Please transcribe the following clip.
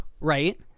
Right